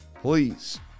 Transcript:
Please